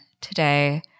today